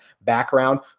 background